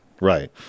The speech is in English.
right